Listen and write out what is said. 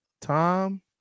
Tom